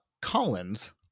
Collins